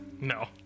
No